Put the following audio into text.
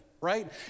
right